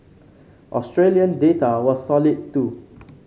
Australian data was solid too